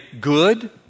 good